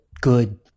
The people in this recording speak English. good